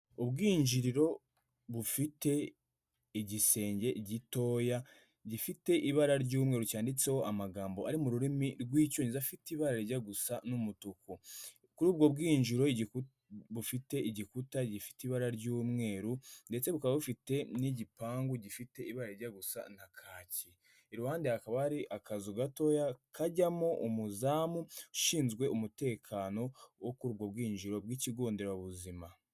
Ubwinjiriro bufite igisenge gitoya gifite ibara ry'umweru cyanditseho amagambo ari mu rurimi rw'icyongereza afite ibara rijya gusa n'umutuku, kuri ubwo bwinjiro bufite igikuta gifite ibara ry'umweru ndetse bukaba bufite n'igipangu gifite ibara rijya gusa ka kaki, iruhande hakaba hari akazu gatoya kajyamo umuzamu ushinzwe umutekano wo kuri ubwo bwinjiriro bw'ikigo nderabuzima.